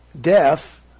death